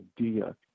idea